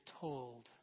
told